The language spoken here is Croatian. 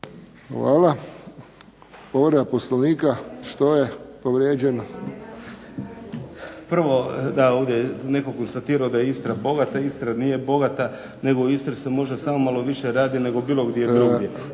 Hvala. Povreda Poslovnika. Što je povrijeđeno? **Kajin, Damir (IDS)** Prvo da ovdje netko je konstatirao da je Istra bogata. Istra nije bogata, nego u Istri se možda samo malo više radi nego bilo gdje drugdje.